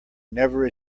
never